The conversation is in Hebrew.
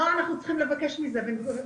אנחנו צריכים לבקש מזה ומזה.